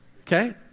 Okay